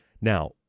Now